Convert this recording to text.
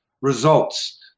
results